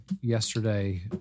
yesterday